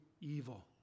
evil